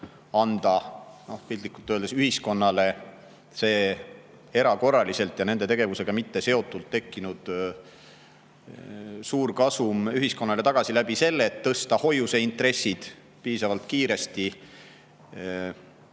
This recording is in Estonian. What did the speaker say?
anda piltlikult öeldes ühiskonnale see erakorraliselt ja nende tegevusega mitteseotult tekkinud suur kasum tagasi niimoodi, et tõsta hoiuseintressid piisavalt kiiresti